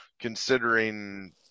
considering